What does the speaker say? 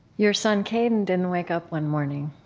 your son kaidin didn't wake up one morning.